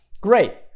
great